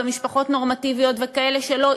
ומשפחות נורמטיביות וכאלה שלא,